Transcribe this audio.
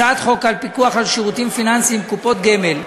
הצעת חוק הפיקוח על שירותים פיננסיים (קופות גמל)